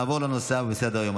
נעבור לנושא הבא בסדר-היום,